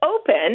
open